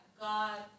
God